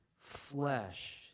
flesh